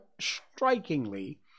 strikingly